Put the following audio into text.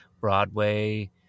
Broadway